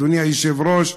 אדוני היושב-ראש,